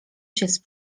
się